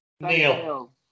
Neil